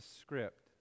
script